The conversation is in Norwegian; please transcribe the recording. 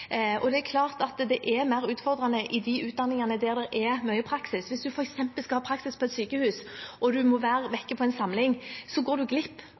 og det er klart at det er mer utfordrende i de utdanningene der det er mye praksis. Hvis en f.eks. skal ha praksis på et sykehus, og en må være vekk på en samling, går en glipp